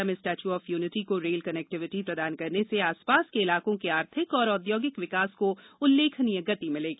केवड़िया में statue of unity को rail connectivity प्रदान करने से आसपास के इलाकों के आर्थिक एवं औद्योगिक विकास को उल्लेखनीय गति मिलेगी